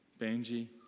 Benji